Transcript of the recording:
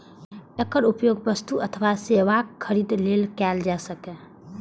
एकर उपयोग वस्तु अथवा सेवाक खरीद लेल कैल जा सकै छै